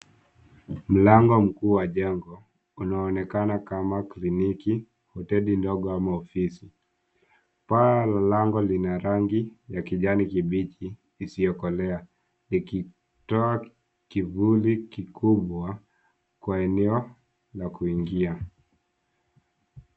Mlango mkuu wa jengo unaoonekana kama kliniki, hoteli ndogo ama ofisi. Paa la lango lina rangi ya kijani kibichi isiyokolea, ikitoa kivuli kikubwa kwa eneo la kuingia.